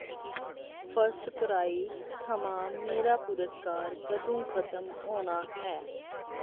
FirstCry थमां मेरा पुरस्कार कदूं खत्म होना ऐ